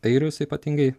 airius ypatingai